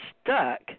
stuck